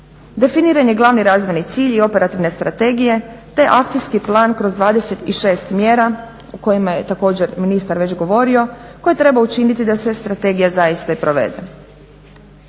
Definiran je glavni razvojni cilj i operativne strategije te akcijski plan kroz 26 mjera o kojima je također ministar već govorio koje trebaju učiniti da se strategija zaista i provede.